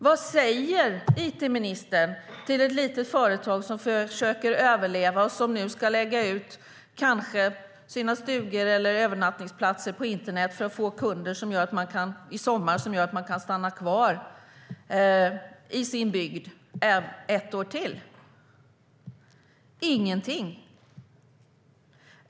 Vad säger it-ministern till ett litet företag som försöker överleva och som nu kanske ska lägga ut sina stugor eller övernattningsplatser på internet för att få kunder i sommar, vilket gör att man kan stanna kvar i sin bygd ett år till? Ministern säger ingenting.